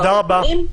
תודה רבה.